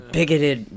Bigoted